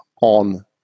on